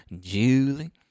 Julie